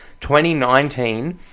2019